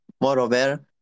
Moreover